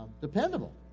dependable